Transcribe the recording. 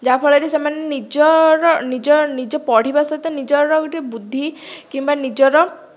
ଯାହାଫଳରେ ସେମାନେ ନିଜର ନିଜର ନିଜ ପଢ଼ିବା ସହିତ ନିଜର ଗୋଟିଏ ବୁଦ୍ଧି କିମ୍ବା ନିଜର